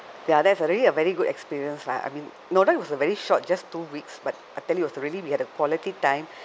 ya that's really a very good experience lah I mean no that was a very short just two weeks but I tell you it was really we had a quality time